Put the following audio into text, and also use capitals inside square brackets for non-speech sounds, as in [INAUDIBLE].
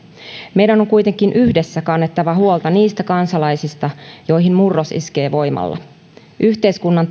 meidän on kuitenkin yhdessä kannettava huolta niistä kansalaisista joihin murros iskee voimalla yhteiskunnan [UNINTELLIGIBLE]